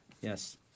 Yes